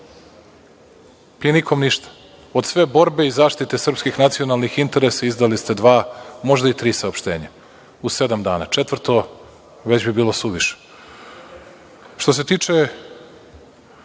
i nikom ništa. Od sve borbe i zaštite srpskih nacionalnih interesa izdali ste dva, možda i tri saopštenja u sedam dana. Četvrto već bi bilo suvišno. Što se tiče